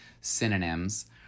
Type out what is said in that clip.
synonyms